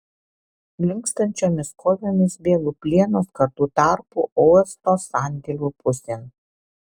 linkstančiomis kojomis bėgu plieno skardų tarpu uosto sandėlių pusėn